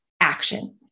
action